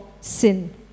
sin